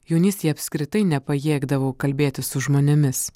jaunystėje apskritai nepajėgdavau kalbėtis su žmonėmis